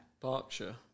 Berkshire